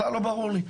בכלל לא ברור לי.